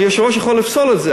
היושב-ראש יכול לפסול את זה,